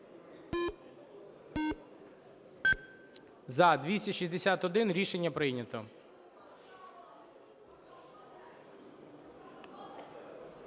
За-261 Рішення прийнято.